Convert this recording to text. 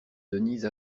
denise